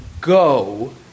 go